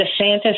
DeSantis